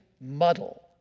muddle